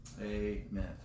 Amen